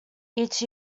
each